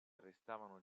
restavano